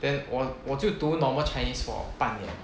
then 我我就读 normal chinese for 半年